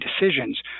decisions